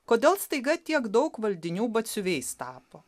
kodėl staiga tiek daug valdinių batsiuviais tapo